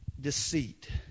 Deceit